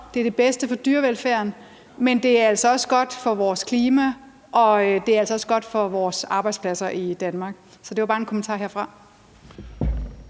Det er det bedste for dyrevelfærden, men det er altså også godt for vores klima og for vores arbejdspladser i Danmark. Så det var bare en kommentar herfra.